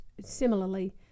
similarly